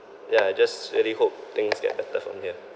ya I just really hope things get better from here